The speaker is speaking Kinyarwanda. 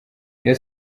iyo